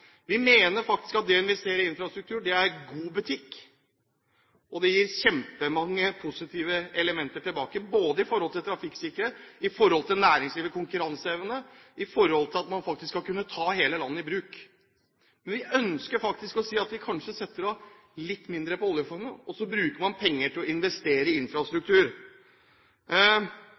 Vi mener faktisk at det å investere i infrastruktur er god butikk, og det gir kjempemange positive elementer tilbake, både når det gjelder trafikksikkerhet, når det gjelder næringslivets konkurranseevne, og når det gjelder at man skal kunne ta hele landet i bruk. Men vi ønsker å si at vi kanskje setter av litt mindre til oljefondet, og så bruker man penger til å investere i infrastruktur.